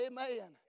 Amen